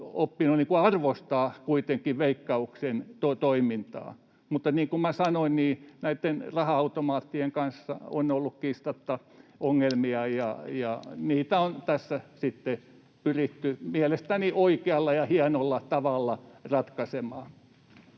aina oppinut arvostamaan kuitenkin Veikkauksen toimintaa. Mutta niin kuin sanoin, näitten raha-automaattien kanssa on ollut kiistatta ongelmia, ja niitä on tässä sitten pyritty mielestäni oikealla ja hienolla tavalla ratkaisemaan.